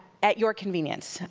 at your convenience.